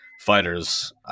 fighters